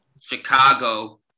Chicago